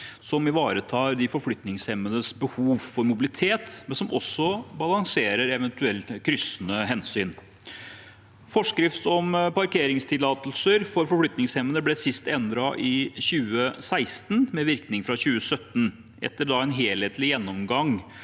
som ivaretar de forflytningshemmedes behov for mobilitet, men som også balanserer eventuelle kryssende hensyn. Forskrift om parkeringstillatelse for forflytningshemmede ble sist endret i 2016, med virkning fra 2017, etter en helhetlig gjennomgang